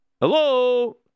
hello